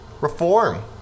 reform